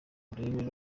urebe